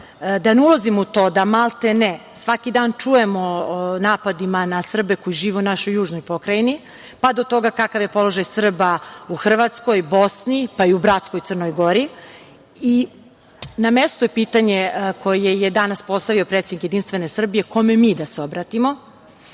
Da ne ulazim u to da maltene svaki dan čujemo o napadima na Srbe koji žive u našoj južnoj pokrajini, pa do toga kakav je položaj Srba u Hrvatskoj, Bosni, pa i u bratskoj Crnoj Gori. I, na mestu je pitanje koje je danas postavio predsednik JS - kome mi da se obratimo? Kao